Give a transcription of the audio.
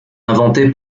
inventé